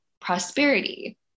prosperity